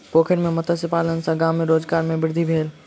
पोखैर में मत्स्य पालन सॅ गाम में रोजगार में वृद्धि भेल